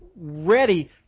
ready